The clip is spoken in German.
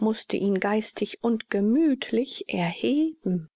mußte ihn geistig und gemüthlich erheben